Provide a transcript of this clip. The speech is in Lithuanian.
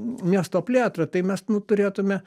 miesto plėtrą tai mes nu turėtume